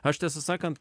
aš tiesą sakant